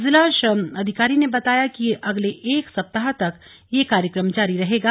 जिला श्रम अधिकारी ने बताया कि अगले एक सप्ताह तक यह कार्यक्रम जारी रहेगा